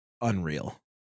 unreal